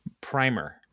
primer